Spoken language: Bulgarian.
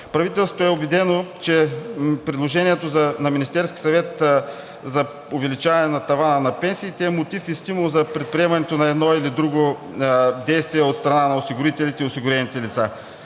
Правителството е убедено, че предложението на Министерския съвет за увеличаване тавана на пенсиите е мотив и стимул за предприемането на едно или друго действие от страна на осигурителите и осигурените лица,